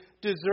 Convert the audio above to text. deserve